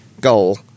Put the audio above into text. goal